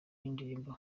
y’indirimbo